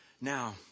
now